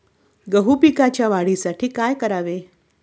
गहू पिकाच्या वाढीसाठी काय करावे?